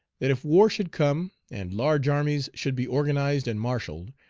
that if war should come, and large armies should be organized and marshalled,